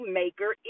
maker